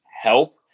help